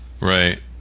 Right